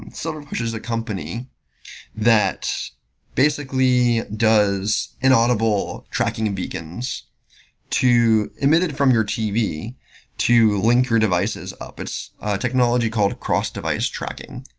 silverpush is a company that basically does inaudible tracking and beacons emitted from your tv to link your devices up. it's a technology called cross device tracking.